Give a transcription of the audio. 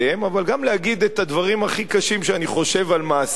אבל גם להגיד את הדברים הכי קשים שאני חושב על מעשיהם,